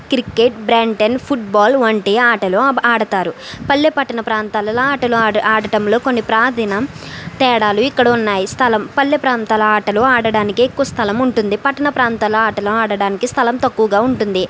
cricket బ్రెన్టెన్ football వంటి ఆటలు ఆడతారు పల్లె పట్టణ ప్రాంతాలలో ఆటలు ఆడ ఆడటంలో కొన్ని ప్రధాన తేడాలు ఇక్కడ ఉన్నాయి స్థలం పల్లె ప్రాంతాల ఆటలు ఆడటానికి ఎక్కువ స్థలం ఉంటుంది పట్టణ ప్రాంతాల ఆటలు ఆడటానికి స్థలం తక్కువగా ఉంటుంది